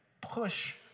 push